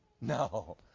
No